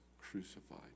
crucified